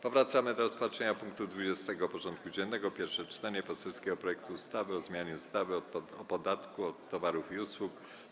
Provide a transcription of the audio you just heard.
Powracamy do rozpatrzenia punktu 20. porządku dziennego: Pierwsze czytanie poselskiego projektu ustawy o zmianie ustawy o podatku od towarów i usług.